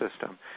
system